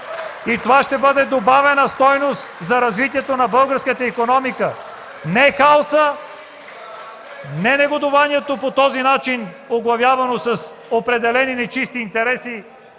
Това ще бъде добавена стойност за развитието на българската икономика. Не негодуванието по този начин, оглавявано с определени нечисти интереси,